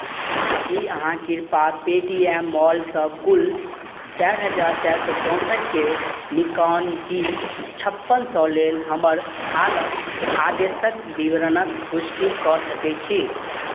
की अहाँ कृपा Paytm मॉलसँ कुल चारि हजार चारि सए चौँसठिके निकॉन डी छप्पन सए लेल हमर हालक आदेशक विवरणक पुष्टि कऽ सकैत छी